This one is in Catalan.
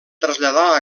traslladar